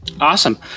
Awesome